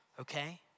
okay